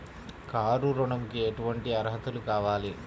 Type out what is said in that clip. Car ఋణంకి ఎటువంటి అర్హతలు కావాలి?